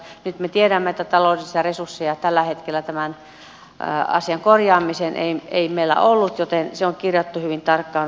nyt me tiedämme että taloudellisia resursseja tällä hetkellä tämän asian korjaamiseen ei meillä ollut joten se on kirjattu hyvin tarkkaan valiokunnan mietintöön